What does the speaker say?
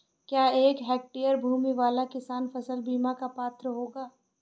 क्या एक हेक्टेयर भूमि वाला किसान फसल बीमा का पात्र होगा?